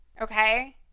okay